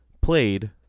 played